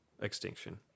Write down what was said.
extinction